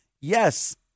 Yes